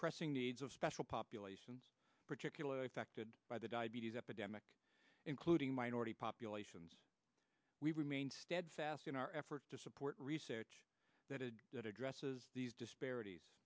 pressing needs of special populations particularly affected by the diabetes epidemic including minority populations we remain steadfast in our efforts to support research that addresses these disparities